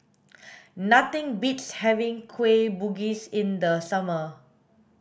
nothing beats having kueh bugis in the summer